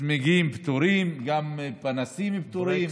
צמיגים פטורים, גם פנסים פטורים.